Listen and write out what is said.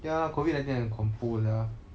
ya COVID nineteen 很恐怖 sia